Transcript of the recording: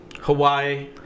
Hawaii